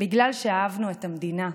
"בגלל שאהבנו את המדינה",